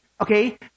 Okay